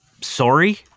Sorry